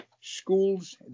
Schools